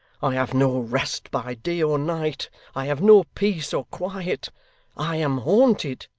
i have no rest by day or night i have no peace or quiet i am haunted